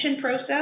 process